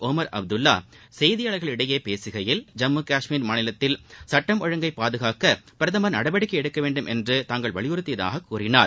ஓமர் அப்துல்லா செய்தியாளர்களிடம் பேசுகையில் ஜம்மு காஷ்மீர் மாநிலத்தில் சுட்டம் ஒழுங்கை பாதுகாக்க பிரதம் நடவடிக்கை எடுக்க வேண்டும் என்று தாங்கள் வலியுறுத்தியதாக கூறினார்